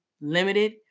limited